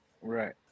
Right